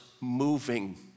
moving